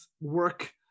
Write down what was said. work